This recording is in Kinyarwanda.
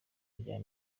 rya